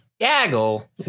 gaggle